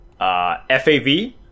FAV